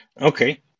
Okay